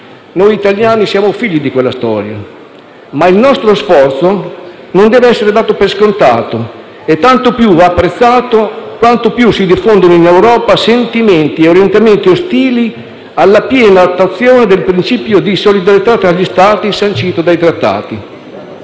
Noi italiani siamo figli di quella storia; ma il nostro sforzo non deve essere dato per scontato e tanto più va apprezzato, quanto più si diffondono in Europa sentimenti e orientamenti ostili alla piena attuazione del principio di solidarietà tra gli Stati sancito dai Trattati.